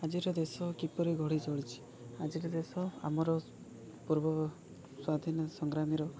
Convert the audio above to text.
ଆଜିର ଦେଶ କିପରି ଗଢ଼ି ଚଳିଛିି ଆଜିର ଦେଶ ଆମର ପୂର୍ବ ସ୍ଵାଧୀନ ସଂଗ୍ରାମୀର